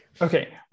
Okay